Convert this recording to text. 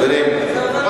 לדעתי,